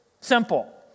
Simple